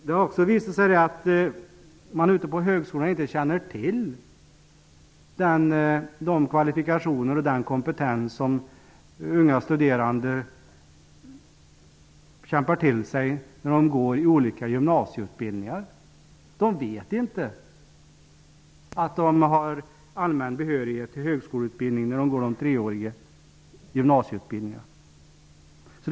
Det har också visat sig att man ute på högskolorna inte känner till de kvalifikationer och den kompetens som unga studerande kämpar till sig när de går olika gymnasieutbildningar. De vet inte att de har allmän behörighet till högskoleutbildning när de går de treåriga gymnasieutbildningarna.